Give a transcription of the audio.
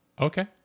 Okay